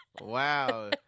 Wow